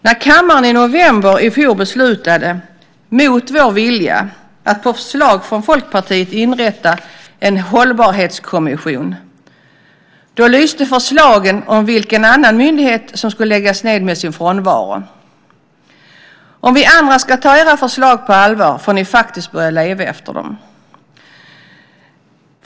När kammaren i november i fjol beslutade, mot vår vilja, att på förslag från Folkpartiet inrätta en hållbarhetskommission lyste förslagen om vilken annan myndighet som skulle läggas ned med sin frånvaro. Om vi andra ska ta era förslag på allvar får ni faktiskt börja leva efter dem.